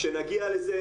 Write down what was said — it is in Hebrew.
כשנגיע לזה,